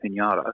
pinata